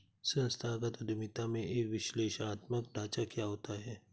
संस्थागत उद्यमिता में एक विश्लेषणात्मक ढांचा क्या होता है?